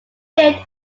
built